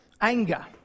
anger